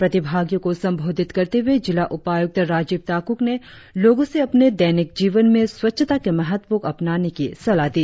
प्रतिभागियो को संबोधित करते हुए जिला उपायुक्त राजीव ताकुक ने लोगो से अपने दैनिक जीवन में स्वच्छता के महत्व को अपनाने की सलाह दी